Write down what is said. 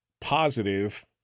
positive